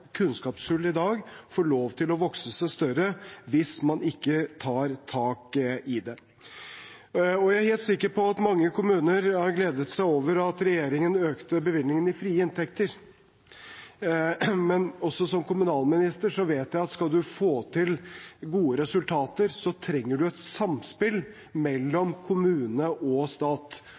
kunnskapshull i dag, får lov til å vokse seg større hvis man ikke tar tak i det. Jeg er helt sikker på at mange kommuner har gledet seg over at regjeringen økte bevilgningene i frie inntekter, men som tidligere kommunalminister vet jeg at skal man få til gode resultater, trenger man et samspill mellom kommune og stat.